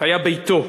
היה ביתו.